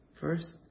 first